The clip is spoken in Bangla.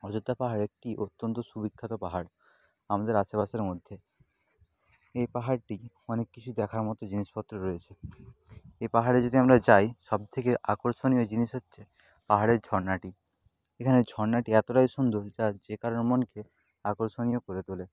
অযোধ্যা পাহাড় একটি অত্যন্ত সুবিখ্যাত পাহাড় আমাদের আশেপাশের মধ্যে এই পাহাড়টি অনেক কিছু দেখার মতো জিনিসপত্র রয়েছে এ পাহাড়ে যদি আমরা যাই সব থেকে আকর্ষণীয় জিনিস হচ্ছে পাহাড়ের ঝরনাটি এখানে ঝরনাটি এতোটাই সুন্দর যা যে কারোর মনকে আকর্ষণীয় করে তোলে